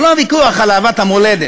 הוא לא ויכוח על אהבת המולדת,